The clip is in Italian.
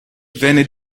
venne